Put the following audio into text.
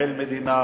שתתנהל מדינה